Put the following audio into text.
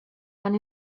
han